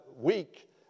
week